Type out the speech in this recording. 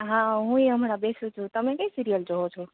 હા હુંએ હમણાં બેસું છું તમે કઈ સિરિયલ જોવો છો